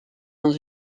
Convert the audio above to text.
dans